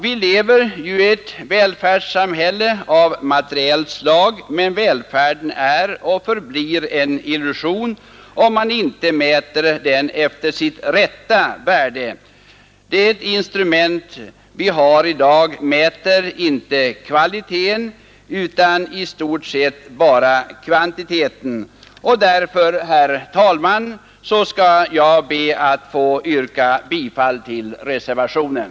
Vi lever ju i ett välfärdssamhälle av materiellt slag. Men välfärden är och förblir en illusion om man inte mäter den efter dess rätta värde. Det instrument vi har i dag mäter inte kvalitet utan i stort sett bara kvantitet. Därför, herr talman, skall jag be att få yrka bifall till reservationen.